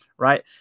right